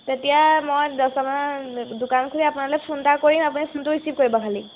তেতিয়া মই দহমানত দোকান খুলি আপোনালৈ ফোন এটা কৰিম আপুনি ফোনটো ৰিচিভ কৰিব খালি